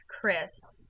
chris